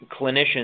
clinicians